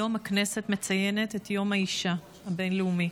היום הכנסת מציינת את יום האישה הבין-לאומי,